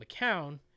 McCown